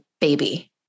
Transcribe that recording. baby